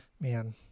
Man